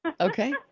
Okay